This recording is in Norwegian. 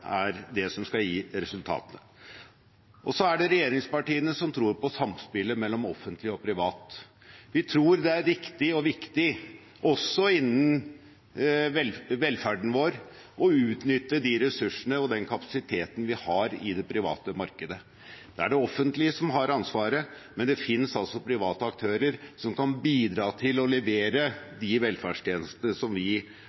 ene og alene skal gi resultater. Og så er det regjeringspartiene som tror på samspillet mellom offentlig og privat. Vi tror det er riktig og viktig, også innen velferden vår, å utnytte de ressursene og den kapasiteten vi har i det private markedet. Det offentlige har ansvaret, men det finnes altså private aktører som kan bidra til å levere